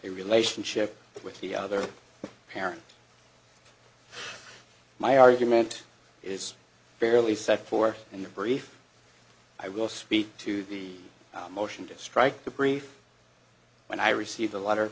relationship with the other parent my argument is fairly set forth in the brief i will speak to the motion to strike the brief when i received a letter